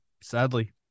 Sadly